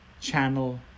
channel